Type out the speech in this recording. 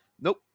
Nope